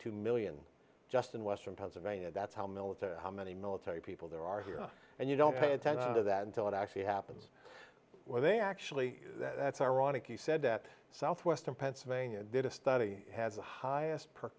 two million just in western pennsylvania that's how military how many military people there are here and you don't pay attention to that until it actually happens well they actually that's ironic he said that southwestern pennsylvania did a study has the highest per